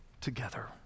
together